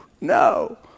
no